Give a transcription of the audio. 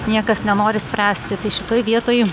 niekas nenori spręsti tai šitoj vietoj